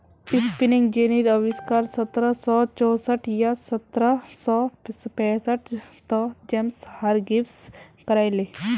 spinning जेनीर अविष्कार सत्रह सौ चौसठ या सत्रह सौ पैंसठ त जेम्स हारग्रीव्स करायले